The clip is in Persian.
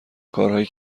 کارهایی